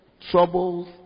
troubles